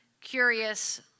curious